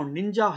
Ninja